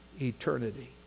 eternity